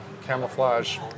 camouflage